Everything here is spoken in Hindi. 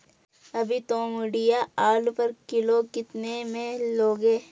अभी तोमड़िया आलू पर किलो कितने में लोगे?